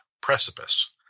Precipice